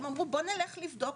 אמרו: נבדוק,